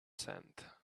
sent